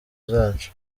zacu